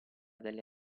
delle